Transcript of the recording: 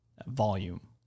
volume